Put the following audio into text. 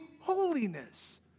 holiness